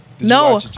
No